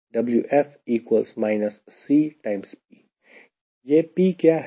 यह P क्या है